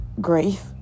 grief